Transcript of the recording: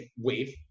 wave